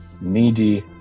needy